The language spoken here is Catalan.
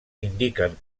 indiquen